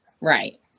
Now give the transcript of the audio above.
right